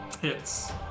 Hits